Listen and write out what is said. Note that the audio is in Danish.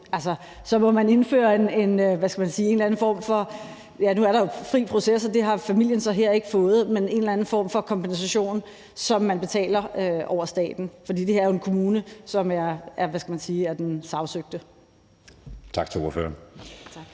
så her ikke fået – kompensation, som man betaler gennem staten, fordi det her jo er en kommune, som er den sagsøgte.